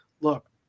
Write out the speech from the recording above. Look